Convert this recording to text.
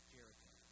Jericho